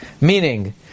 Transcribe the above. meaning